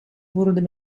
worden